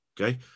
okay